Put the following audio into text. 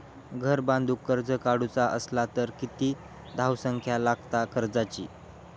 घर बांधूक कर्ज काढूचा असला तर किती धावसंख्या लागता कर्जाची?